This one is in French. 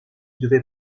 devait